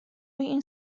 این